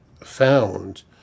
found